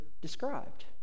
described